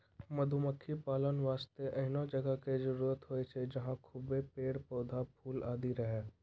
मधुमक्खी पालन वास्तॅ एहनो जगह के जरूरत होय छै जहाँ खूब पेड़, पौधा, फूल आदि रहै